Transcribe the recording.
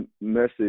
message